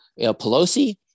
Pelosi